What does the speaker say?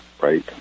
right